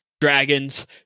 dragons